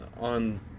on